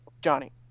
Johnny